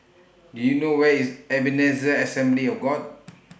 Do YOU know Where IS Ebenezer Assembly of God